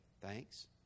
thanks